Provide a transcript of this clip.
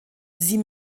sie